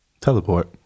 Teleport